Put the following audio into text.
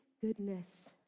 goodness